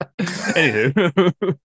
Anywho